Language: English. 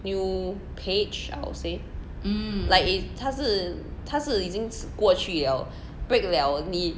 new page I would say like if 他是他是已经是过去 liao break liao 你